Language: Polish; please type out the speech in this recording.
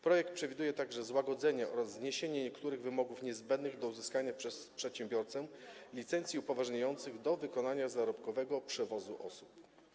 Projekt przewiduje także złagodzenie oraz zniesienie niektórych wymogów niezbędnych do uzyskania przez przedsiębiorcę licencji upoważniających do wykonania zarobkowego przewozu osób.